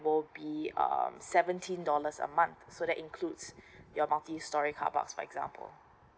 would be um seventeen dollars a month so that includes your multistory carpark for example